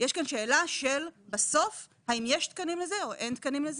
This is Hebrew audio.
יש כאן שאלה של בסוף האם יש תקנים לזה או אין תקנים לזה.